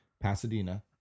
Pasadena